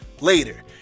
later